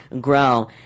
grow